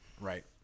right